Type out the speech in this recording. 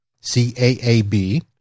C-A-A-B